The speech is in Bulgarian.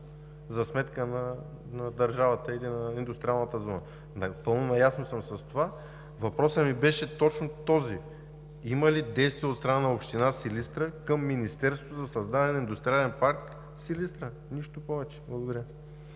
за сметка на държавата или на индустриалната зона. Напълно наясно съм с това. Въпросът ми беше точно този: има ли действия от страна на община Силистра към Министерството за създаване на Индустриален парк в Силистра – нищо повече? Благодаря.